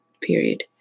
period